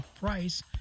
Price